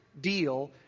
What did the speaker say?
deal